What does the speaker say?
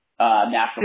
National